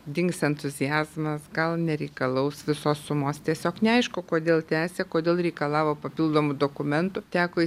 dings entuziazmas gal nereikalaus visos sumos tiesiog neaišku kodėl tęsė kodėl reikalavo papildomų dokumentų teko